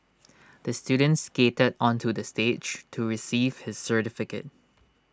the student skated onto the stage to receive his certificate